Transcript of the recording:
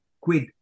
quid